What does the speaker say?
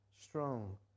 strong